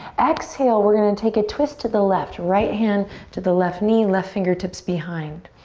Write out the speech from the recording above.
exhale, we're gonna take a twist to the left. right hand to the left knee, left fingertips behind.